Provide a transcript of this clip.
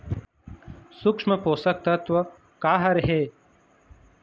सूक्ष्म पोषक तत्व का हर हे?